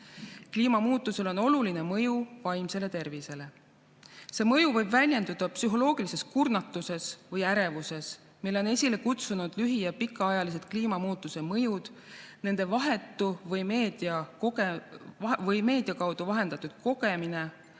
kliimamuutusel on oluline mõju vaimsele tervisele. See mõju võib väljenduda psühholoogilises kurnatuses või ärevuses, mille on esile kutsunud lühi- ja pikaajalised kliimamuutuste mõjud, nende vahetu või meedia kaudu vahendatud kogemine,